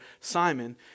Simon